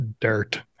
dirt